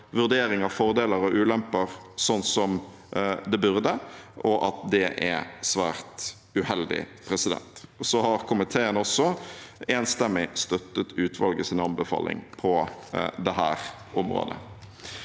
vurdering av fordeler og ulemper, sånn som det burde, og at det er svært uheldig. Komiteen har også enstemmig støttet utvalgets anbefaling på dette området.